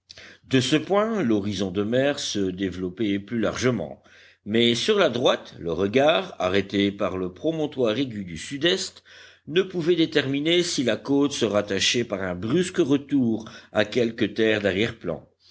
de ce point l'horizon de mer se développait plus largement mais sur la droite le regard arrêté par le promontoire aigu du sud-est ne pouvait déterminer si la côte se rattachait par un brusque retour à quelque terre